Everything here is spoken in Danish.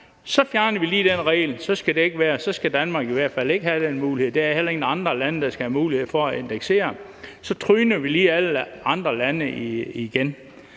Så skulle det ikke være sådan. Så skulle Danmark i hvert fald ikke have den mulighed, og der var heller ikke nogen andre lande, der skulle have mulighed for at indeksere. De tryner lige alle andre lande igen.